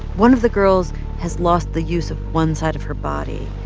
one of the girls has lost the use of one side of her body,